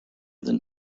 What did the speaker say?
than